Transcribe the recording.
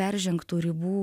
peržengtų ribų